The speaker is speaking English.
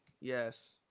Yes